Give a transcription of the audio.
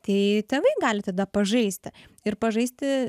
tai tėvai gali tada pažaisti ir pažaisti